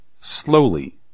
Slowly